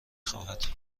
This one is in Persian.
خواهد